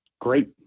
Great